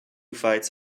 fights